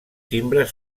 timbres